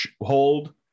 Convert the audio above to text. hold